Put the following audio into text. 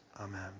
Amen